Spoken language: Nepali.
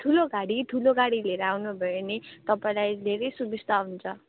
ठुलो गाडी ठुलो गाडी लिएर आउनुभयो भने तपाईँलाई धेरै सुविस्ता हुन्छ